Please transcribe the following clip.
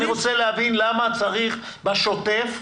אני רוצה לבין למה צריך חריגים בשוטף?